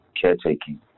caretaking